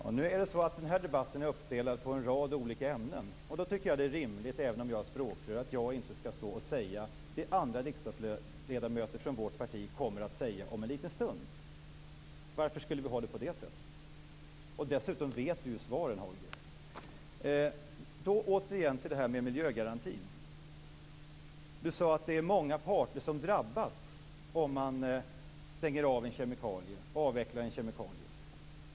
Fru talman! Den här debatten är uppdelad på en rad olika ämnen, och då tycker jag att det är rimligt, även om jag är språkrör, att jag inte skall stå här och säga det som andra riksdagsledamöter från vårt parti kommer att säga om en stund. Varför skulle jag göra det? Dessutom vet Holger Gustafsson vilka svaren är. I fråga om miljögarantin sade Holger Gustafsson att det är många parter som drabbas om man avvecklar en kemikalie.